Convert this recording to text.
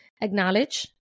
acknowledge